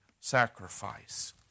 sacrifice